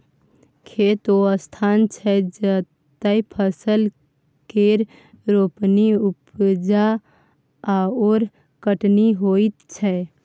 खेत ओ स्थान छै जतय फसल केर रोपणी, उपजा आओर कटनी होइत छै